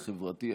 החברתי,